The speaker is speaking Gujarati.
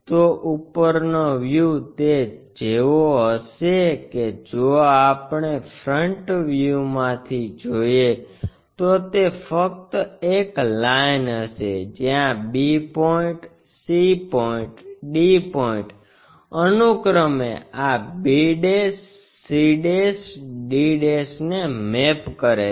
તો ઉપરનો વ્યૂ તે જેવો હશે કે જો આપણે ફ્રન્ટ વ્યૂમાંથી જોઈએ તો તે ફક્ત એક લાઈન હશે જ્યાં b point c point d point અનુક્રમે આ b c d ને મેપ કરે છે